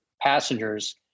passengers